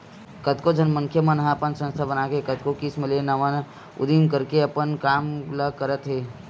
कतको झन मनखे मन ह अपन संस्था बनाके कतको किसम ले नवा नवा उदीम करके अपन काम ल करत हे